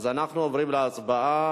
אז אנחנו עוברים להצבעה.